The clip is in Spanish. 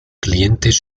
clientes